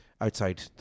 outside